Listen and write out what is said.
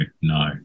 no